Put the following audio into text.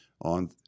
on